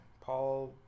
Paul